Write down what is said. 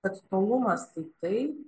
kad tolumas tai taip